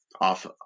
off